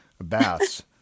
baths